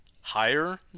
higher